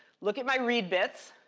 look at my read bits.